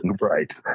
right